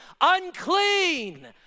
Unclean